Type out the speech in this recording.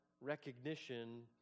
recognition